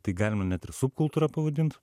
tai galima net ir subkultūra pavadint